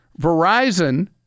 Verizon